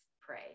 pray